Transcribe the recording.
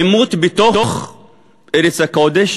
עימות בתוך ארץ הקודש